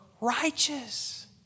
righteous